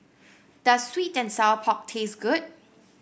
does sweet and Sour Pork taste good